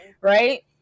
right